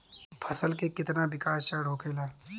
फसल के कितना विकास चरण होखेला?